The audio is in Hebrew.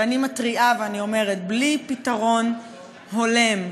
ואני מתריעה ואני אומרת: בלי פתרון הולם,